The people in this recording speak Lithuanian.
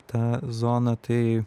ta zona tai